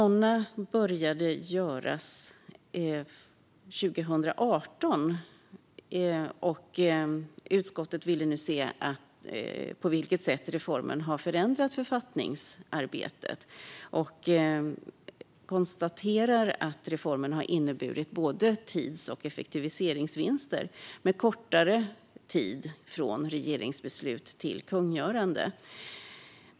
De började göras 2018, och utskottet ville nu se på vilket sätt reformen har förändrat författningsarbetet. Vi konstaterar att reformen har inneburit både tids och effektivitetsvinster, med kortare tid från regeringsbeslut till kungörande.